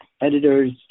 editors